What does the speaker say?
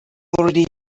already